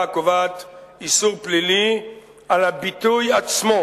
הקובעת איסור פלילי על הביטוי עצמו,